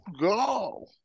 go